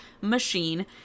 machine